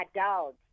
adult